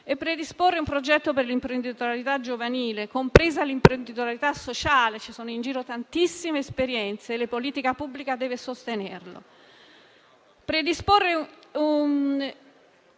da predisporre un progetto per l'imprenditorialità giovanile, compresa l'imprenditorialità sociale: ci sono in giro tantissime esperienze e la politica deve sostenerle.